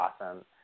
awesome